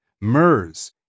MERS